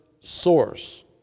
source